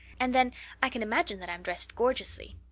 and then i can imagine that i'm dressed gorgeously.